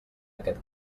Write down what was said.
aquest